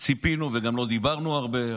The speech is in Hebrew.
ציפינו, וגם לא דיברנו הרבה.